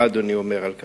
מה אדוני אומר על כך?